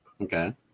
Okay